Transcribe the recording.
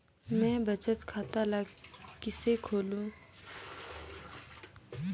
मैं बचत खाता ल किसे खोलूं?